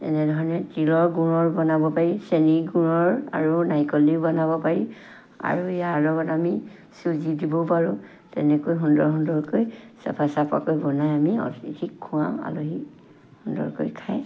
এনেধৰণে তিলৰ গুৰৰ বনাব পাৰি চেনী গুৰৰ আৰু নাৰিকল দিও বনাব পাৰি আৰু ইয়াৰ লগত আমি চুজি দিবও পাৰোঁ তেনেকৈ সুন্দৰ সুন্দৰকৈ চাফা চাফাকৈ বনাই আমি অতিথিক খোৱাওঁ আলহী সুন্দৰকৈ খায়